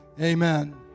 amen